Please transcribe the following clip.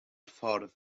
ffordd